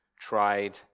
tried